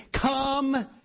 Come